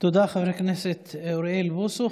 תודה, חבר הכנסת אוריאל בוסו.